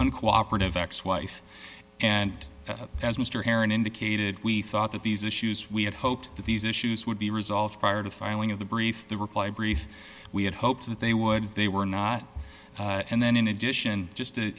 unquote operative ex wife and as mr heron indicated we thought that these issues we had hoped that these issues would be resolved prior to filing of the brief the reply brief we had hoped that they would they were not and then in addition just to